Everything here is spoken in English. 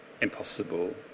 impossible